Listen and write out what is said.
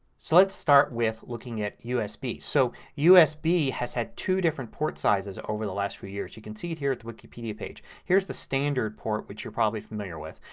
so let's start with looking at usb. so usb has had two different port sizes over the last few years. you can see here at the wikipedia page. here's the standard port which you're probably familiar with.